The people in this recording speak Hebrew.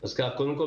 קודם כול,